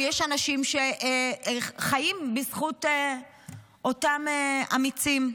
יש אנשים שחיים בזכות אותם אמיצים.